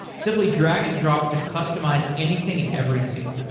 simply drag and drop to customize anything and everything.